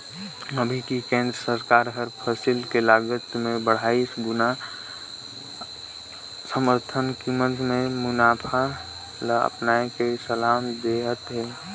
अभी के केन्द्र सरकार हर फसिल के लागत के अढ़ाई गुना समरथन कीमत के फारमुला ल अपनाए के सलाह देहत हे